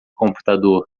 computador